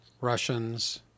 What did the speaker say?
Russians